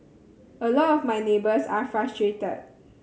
a lot of my neighbours are frustrated